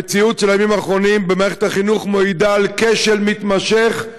המציאות של הימים האחרונים במערכת החינוך מעידה על כשל מתמשך.